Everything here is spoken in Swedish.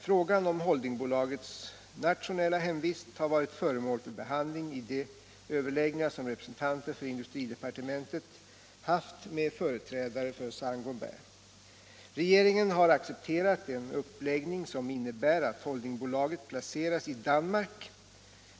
Frågan om holdingbolagets nationella hemvist har varit föremål för behandling i de överläggningar som representanter för industridepartementet haft med företrädare för Saint Gobain. Regeringen har accepterat en uppläggning som innebär att holdingbolaget placeras i Danmark.